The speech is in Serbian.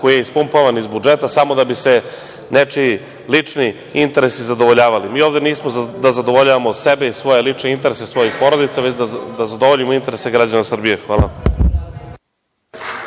koji je ispumpavan iz budžeta samo da bi se nečiji lični interesi zadovoljavali. Mi ovde nismo da zadovoljavamo sebe i svoje lične interese, svojih porodica, već da zadovoljimo interese građana Srbije. Hvala.